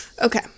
Okay